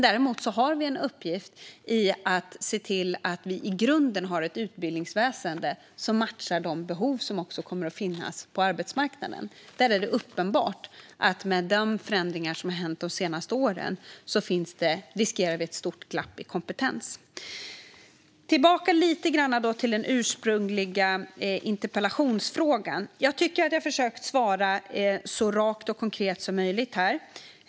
Däremot har vi en uppgift i att se till att vi i grunden har ett utbildningsväsen som matchar de behov som kommer att finnas på arbetsmarknaden. Det är uppenbart att med de förändringar som har skett de senaste åren riskerar vi ett stort glapp i kompetens. Låt mig gå tillbaka lite grann till den ursprungliga interpellationsfrågan. Jag tycker att jag har försökt svara så rakt och konkret som möjligt här.